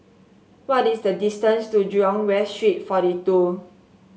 what is the distance to Jurong West Street forty two